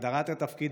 הגדרת התפקיד,